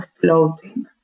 floating